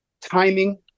timing